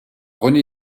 rené